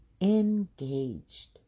Engaged